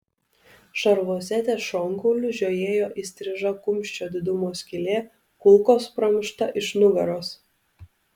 šarvuose ties šonkauliu žiojėjo įstriža kumščio didumo skylė kulkos pramušta iš nugaros